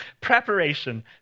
Preparation